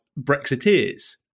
Brexiteers